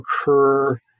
occur